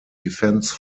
defence